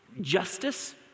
Justice